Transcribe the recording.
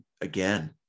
again